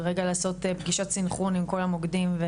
לרגע לעשות פגישת סנכרון עם כל המוקדים.